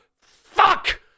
fuck